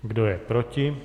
Kdo je proti?